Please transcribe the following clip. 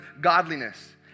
godliness